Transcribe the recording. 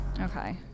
okay